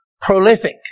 prolific